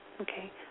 Okay